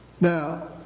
Now